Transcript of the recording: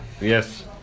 Yes